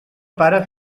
para